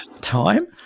time